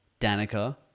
Danica